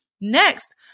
Next